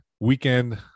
weekend